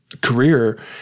career